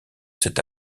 cette